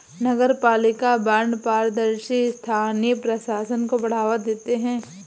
नगरपालिका बॉन्ड पारदर्शी स्थानीय प्रशासन को बढ़ावा देते हैं